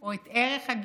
או את ערך הגיוון?